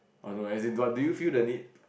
oh no as in do you feel the need